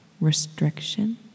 restriction